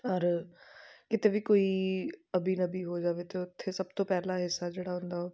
ਔਰ ਕਿਤੇ ਵੀ ਕੋਈ ਅਬੀ ਨਬੀ ਹੋ ਜਾਵੇ ਤਾਂ ਉੱਥੇ ਸਭ ਤੋਂ ਪਹਿਲਾ ਹਿੱਸਾ ਜਿਹੜਾ ਹੁੰਦਾ ਉਹ